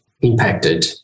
impacted